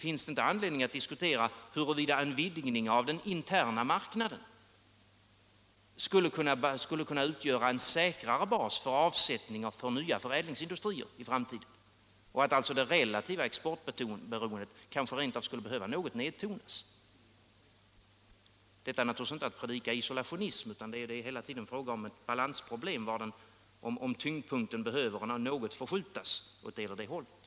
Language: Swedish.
Finns det inte anledning att diskutera huruvida en vidgning av den interna marknaden skulle kunna utgöra en säkrare bas för avsättning för nya förädlingsindustrier i framtiden, och huruvida det relativa exportberoendet kanske rent av skulle behöva något nertonas? Detta är naturligtvis inte att predika isolationism — det är hela tiden fråga om ett balansproblem, ett avgörande om tyngdpunkten behöver något förskjutas åt ena eller andra hållet.